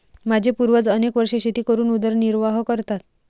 माझे पूर्वज अनेक वर्षे शेती करून उदरनिर्वाह करतात